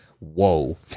whoa